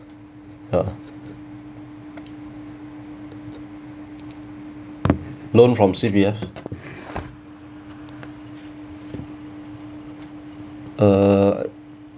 ya loan from C_P_F uh